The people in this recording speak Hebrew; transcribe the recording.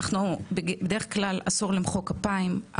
אנחנו בדרך כלל אסור למחוא כפיים,